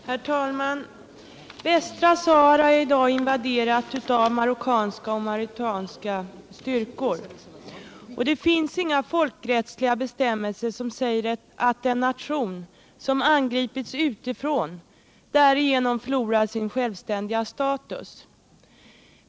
Herr talman! Västra Sahara är i dag invaderat av marockanska och mauretanska styrkor. Det finns inga folkrättsliga bestämmelser som säger att en nation som angripits utifrån därigenom förlorar sin självständiga status.